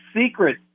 secret